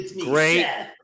great